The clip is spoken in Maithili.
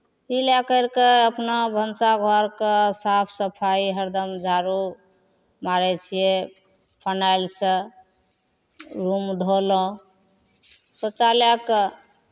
ई लए करि कऽ अपना भनसा घरके साफ सफाइ हरदम झाड़ू मारै छियै फिनाइलसँ रूम धोलहुँ शौचालयके